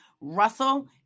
Russell